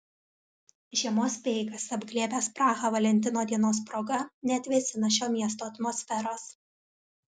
žiemos speigas apglėbęs prahą valentino dienos proga neatvėsina šio miesto atmosferos